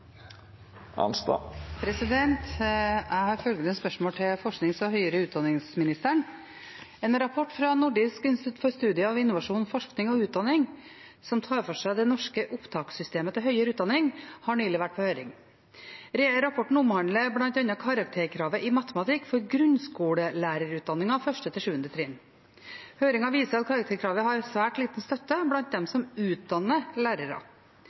med. Jeg tror nok den modellen vi har valgt, har vært ganske god. KS er tett koblet på, og enkeltkommuner er også koblet på i prosessen. «En rapport fra Nordisk institutt for studier av innovasjon, forskning og utdanning som tar for seg det norske opptakssystemet til høyere utdanning, har nylig vært på høring. Rapporten omhandler blant annet karakterkravet i matematikk for grunnskolelærerutdanningen 1.–7. trinn. Høringen viser at karakterkravet har svært liten støtte